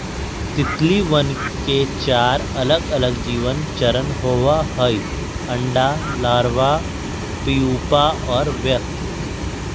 तितलियवन के चार अलगअलग जीवन चरण होबा हई अंडा, लार्वा, प्यूपा और वयस्क